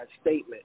statement